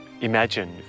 Imagine